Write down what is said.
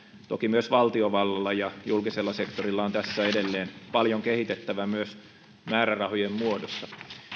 toki myös valtiovallalla ja julkisella sektorilla on tässä edelleen paljon kehitettävää myös määrärahojen muodossa